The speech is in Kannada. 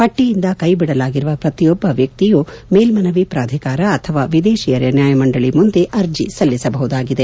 ಪಟ್ಟಿಯಿಂದ ಕೈಬಿಡಲಾಗಿರುವ ಪ್ರತಿಯೊಬ್ಬ ವ್ಯಕ್ತಿಯು ಮೇಲ್ದನವಿ ಪ್ರಾಧಿಕಾರ ಅಥವಾ ವಿದೇಶಿಯರ ನ್ಯಾಯಮಂಡಳ ಮುಂದೆ ಅರ್ಜಿ ಸಲ್ಲಿಸಬಹುದಾಗಿದೆ